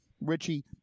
Richie